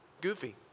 goofy